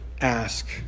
ask